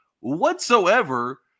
whatsoever